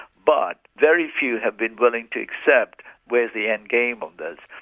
but very few have been willing to accept where's the end game on this.